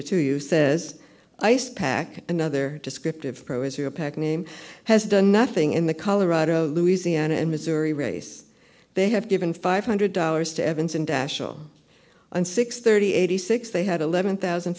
it to you says ice pack another descriptive pro israel pac name has done nothing in the colorado louisiana and missouri race they have given five hundred dollars to evans international and six thirty eighty six they had eleven thousand